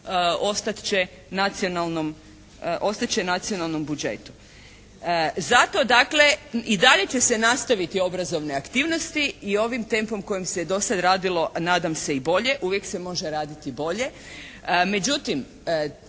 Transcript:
ostat će nacionalnom budžetu. Zato dakle i dalje će se nastaviti obrazovne aktivnosti i ovim tempom kojim se do sada radilo, nadam se i bolje, uvijek se može raditi i bolje.